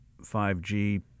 5G